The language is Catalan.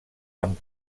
amb